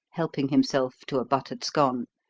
helping himself to a buttered scone,